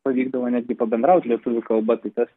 pavykdavo netgi pabendraut netgi lietuvių kalba tai tas